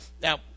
Now